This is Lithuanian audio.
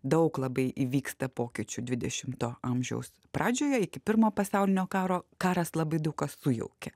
daug labai įvyksta pokyčių dvidešimto amžiaus pradžioje iki pirmo pasaulinio karo karas labai daug ką sujaukė